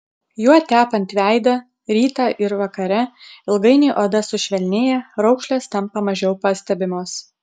juo tepant veidą rytą ir vakare ilgainiui oda sušvelnėja raukšlės tampa mažiau pastebimos